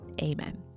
Amen